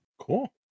Cool